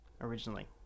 originally